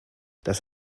das